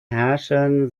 herrschern